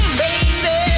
baby